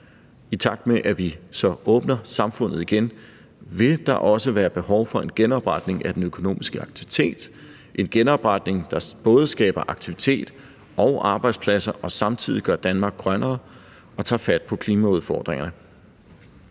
i takt med at vi så åbner samfundet igen, vil der også være behov for en genopretning af den økonomiske aktivitet, en genopretning, der både skaber aktivitet og arbejdspladser, og som samtidig gør Danmark grønnere og tager fat på klimaudfordringerne.